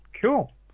cool